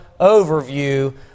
overview